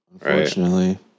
Unfortunately